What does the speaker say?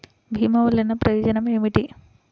భీమ వల్లన ప్రయోజనం ఏమిటి?